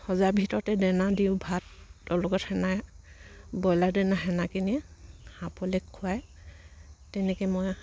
সজাৰ ভিতৰতে দেনা দিওঁ ভাতৰ লগত ব্ৰইলাৰ দেনা হাঁহ পোৱালিক খুৱাই তেনেকে মই